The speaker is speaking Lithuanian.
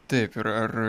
taip ir ar